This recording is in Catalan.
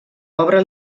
obra